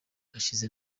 ashize